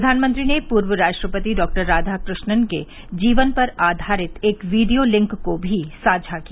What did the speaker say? प्रधानमंत्री ने पूर्व राष्ट्रपति डॉराधाकृष्णन के जीवन पर आधारित एक वीडियो लिंक को भी साझा किया